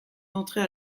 d’entrer